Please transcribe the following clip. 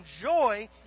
joy